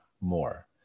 more